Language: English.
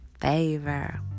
favor